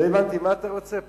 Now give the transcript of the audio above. לא הבנתי מה אתה רוצה פה.